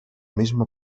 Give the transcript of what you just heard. misma